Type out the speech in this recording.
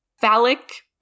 phallic